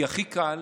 כי הכי קל